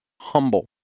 humble